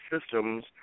systems